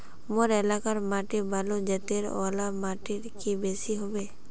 मोर एलाकार माटी बालू जतेर ओ ला माटित की बेसी हबे?